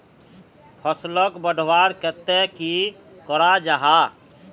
फसलोक बढ़वार केते की करा जाहा?